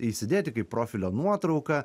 įsidėti kaip profilio nuotrauką